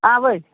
اَوے